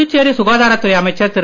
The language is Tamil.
புதுச்சேரி சுகாதாரத் துறை அமைச்சர் திரு